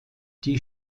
die